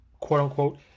quote-unquote